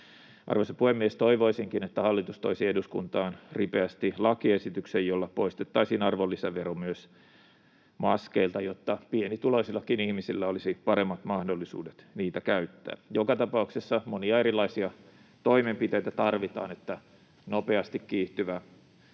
Arvoisa puhemies! Toivoisinkin, että hallitus toisi eduskuntaan ripeästi lakiesityksen, jolla poistettaisiin arvonlisävero myös maskeilta, jotta pienituloisillakin ihmisillä olisi paremmat mahdollisuudet niitä käyttää. Joka tapauksessa monia erilaisia toimenpiteitä tarvitaan, että nopeasti kiihtyvä